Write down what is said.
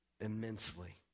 immensely